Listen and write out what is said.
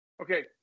Okay